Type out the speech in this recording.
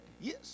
Yes